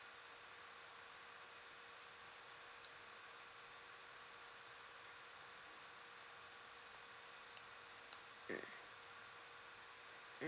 mm